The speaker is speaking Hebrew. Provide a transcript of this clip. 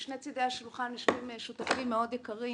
משני צדי השולחן יושבים שותפים מאוד יקרים